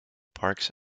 parks